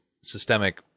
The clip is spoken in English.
systemic